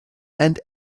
and